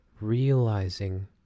realizing